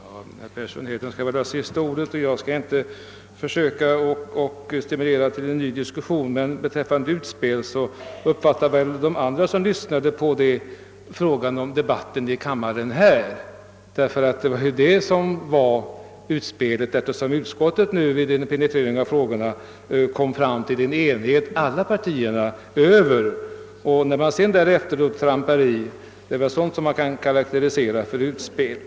Herr talman! Herr Persson i Heden skall väl ha sista ordet, och jag tänker inte försöka stimulera till fortsatt diskussion. Men beträffande utspelet uppfattade väl de andra som lyssnade till mitt anförande saken så, att jag syftade på debatten i kammaren. Det är nämligen här som utspelet har gjorts. I utskottet har ju vid en penetrering av frågorna uppnåtts enighet över partigränserna, och när man därefter trampar på som herr Persson i Heden gör kan detta enligt min mening karakteriseras som utspel.